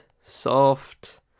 soft